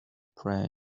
pray